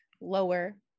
lower